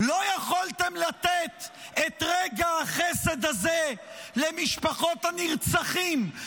לא יכולתם לתת את רגע החסד הזה למשפחות הנרצחים,